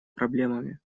проблемами